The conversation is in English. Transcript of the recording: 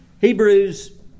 Hebrews